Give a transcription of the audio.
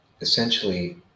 essentially